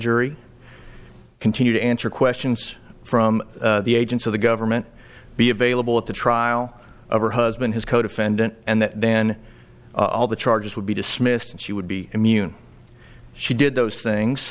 jury continue to answer questions from the agents of the government be available at the trial of her husband his codefendant and then all the charges would be dismissed and she would be immune she did those things